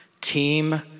Team